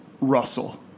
Russell